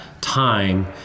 time